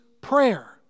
prayer